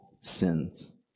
sins